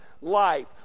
life